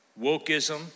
wokeism